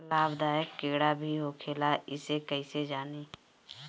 लाभदायक कीड़ा भी होखेला इसे कईसे जानी?